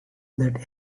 that